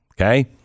Okay